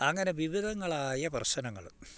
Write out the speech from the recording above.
അങ്ങനെ വിവിധങ്ങളായ പ്രശ്നങ്ങൾ